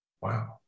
Wow